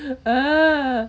ah